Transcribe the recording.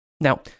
Now